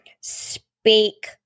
Speak